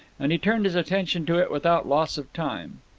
and he turned his attention to it without loss of time.